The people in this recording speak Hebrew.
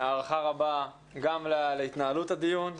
ההחלטה של ועדת השרים היתה מאוד לא ברורה.